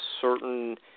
certain